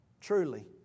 truly